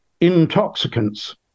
intoxicants